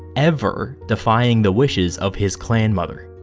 ever defying the wishes of his clan mother.